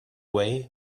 way